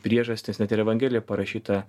priežastys net ir evangelijoj parašyta